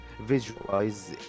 visualize